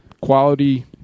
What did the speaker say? quality